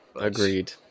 Agreed